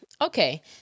Okay